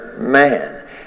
Man